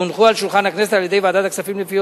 והונחו על שולחן הכנסת על-ידי ועדת הכספים לפי